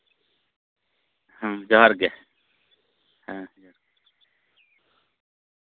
ᱡᱚᱦᱟᱨ ᱜᱮ